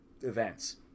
events